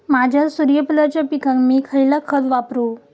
माझ्या सूर्यफुलाच्या पिकाक मी खयला खत वापरू?